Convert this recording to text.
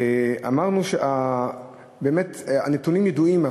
אמרנו שבאמת הנתונים ידועים,